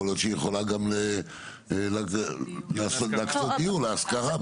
יכול להיות שהיא יכולה גם להקצות דיור להשכרה.